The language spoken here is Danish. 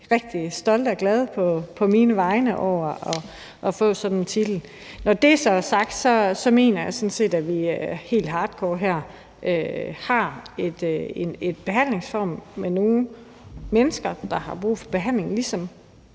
rigtig stolte og glade på mine vegne over, at jeg får sådan en titel. Når det så er sagt, mener jeg sådan set, at vi helt hardcore her har en behandlingsform til nogle mennesker, der har brug for behandling, ligesom